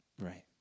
Right